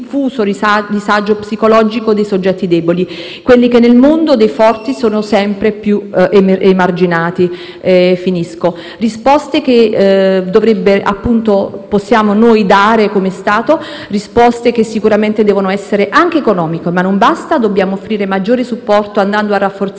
Risposte che possiamo dare noi come Stato, risposte che sicuramente devono essere anche economiche, ma non basta, dobbiamo offrire maggiore supporto andando a rafforzare chi si occupa di sviscerare i problemi psicologici delle persone, strutturare meglio i servizi di prossimità,